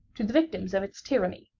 to the victims of its tyranny,